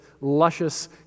luscious